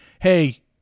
hey